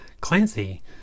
Clancy